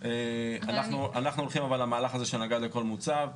אנחנו הולכים למהלך של נגד לכל מוצב.